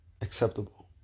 acceptable